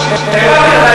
שייתן.